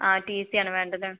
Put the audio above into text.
ആ ടി സിയാണോ വേണ്ടത്